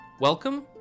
Welcome